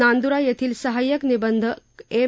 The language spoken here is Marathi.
नांदुरा येथील सहाय्यक निबंधक एम